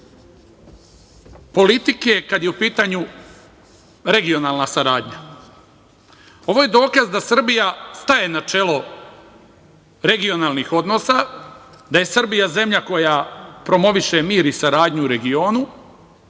politike, kada je u pitanju regionalna saradnja. Ovo je dokaz da Srbija staje na čelo regionalnih odnosa, da je Srbija zemlja koja promoviše mir i saradnju u regionu